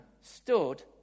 stood